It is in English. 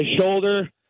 shoulder